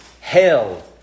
Hell